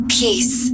peace